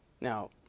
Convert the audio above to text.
Now